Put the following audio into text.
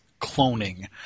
cloning